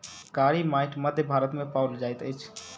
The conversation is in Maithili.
कारी माइट मध्य भारत मे पाओल जाइत अछि